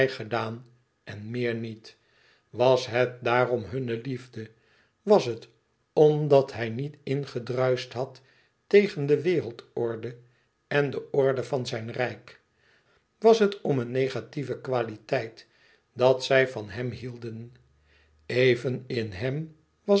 gedaan en meer niet was het daarom hunne liefde was het omdat hij niet ingedruist had tegen de wereldorde en de orde van zijn rijk was het om een negatieve kwaliteit dat zij van hem hielden even in hem